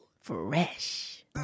Fresh